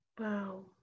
Wow